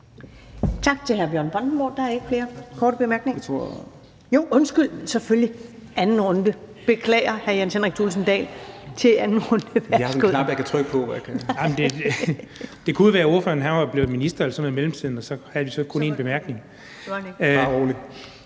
Tak til hr. Bjørn Brandenborg. Der er ikke flere korte bemærkninger. Jo, undskyld, selvfølgelig, en anden runde, beklager, hr. Jens Henrik Thulesen Dahl. Værsgo. Kl. 21:15 Jens Henrik Thulesen Dahl (DF): Det kunne jo være, at ordføreren var blevet minister eller sådan noget i mellemtiden, og vi så kun havde én bemærkning!